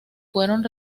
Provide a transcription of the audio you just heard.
fueron